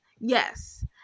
yes